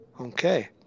Okay